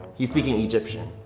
he's speaking egyptian.